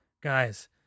guys